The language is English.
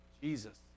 Jesus